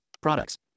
products